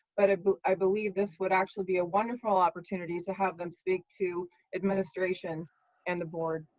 but but i believe this would actually be a wonderful opportunity to have them speak to administration and the board.